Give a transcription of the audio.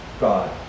God